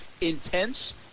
intense